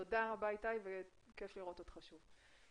תודה רבה איתי, כיף לשמוע אותך שוב.